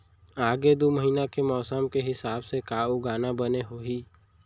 आगे दू महीना के मौसम के हिसाब से का उगाना बने होही?